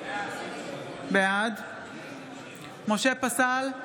בעד משה פסל,